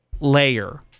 layer